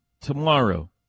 Tomorrow